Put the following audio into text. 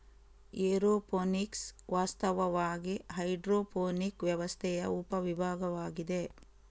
aeroponics ವಾಸ್ತವವಾಗಿ hydroponic ವ್ಯವಸ್ಥೆಯ ಉಪ ವಿಭಾಗವಾಗಿದೆ